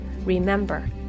Remember